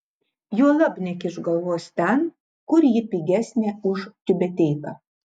juolab nekišk galvos ten kur ji pigesnė už tiubeteiką